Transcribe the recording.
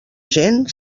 gent